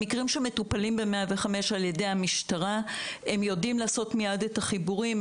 במקרים שמטופלים ב-105 ע"י המשטרה הם יודעים לעשות מיד את החיבורים.